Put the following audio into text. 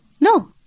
No